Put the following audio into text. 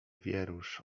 wierusz